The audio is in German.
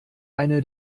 eine